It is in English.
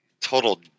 total